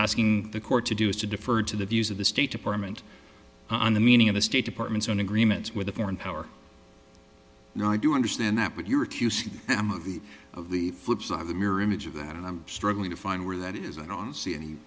asking the court to do is to defer to the views of the state department on the meaning of the state department's own agreements with a foreign power no i do understand that you're accusing them of the of the flip side of the mirror image of that and i'm struggling to find where that is i don't see any